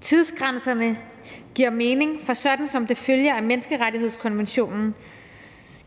Tidsgrænserne giver mening, for sådan som det følger af menneskerettighedskonventionen,